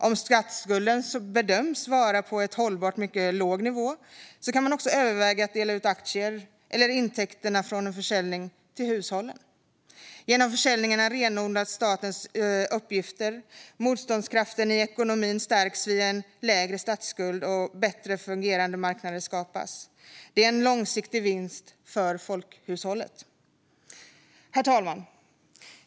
Om statsskulden bedöms vara på en hållbart mycket låg nivå kan man också överväga att dela ut aktier, eller intäkterna från en försäljning, till hushållen. Genom försäljningarna renodlas statens uppgifter, motståndskraften i ekonomin stärks via en lägre statsskuld och bättre fungerande marknader skapas. Det är en långsiktig vinst för folkhushållet. Herr talman!